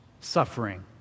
suffering